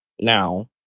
now